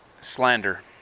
Slander